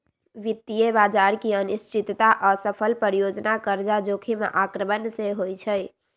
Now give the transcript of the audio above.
वित्तीय बजार की अनिश्चितता, असफल परियोजना, कर्जा जोखिम आक्रमण से होइ छइ